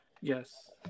Yes